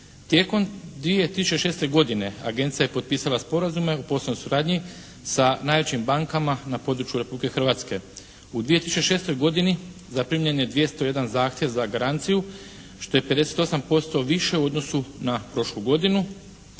Tijekom 2006. godine, agencija je potpisala sporazume o poslovnoj suradnji sa najvećim bankama na području Republike Hrvatske. U 2006. godini zaprimljen je 201 zahtjev za garanciju što je 58% više u odnosu na prošlu godinu,